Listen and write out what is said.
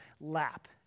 lap